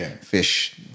fish